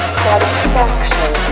satisfaction